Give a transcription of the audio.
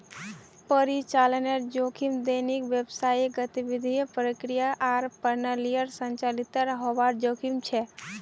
परिचालनेर जोखिम दैनिक व्यावसायिक गतिविधियों, प्रक्रियाओं आर प्रणालियोंर संचालीतेर हबार जोखिम छेक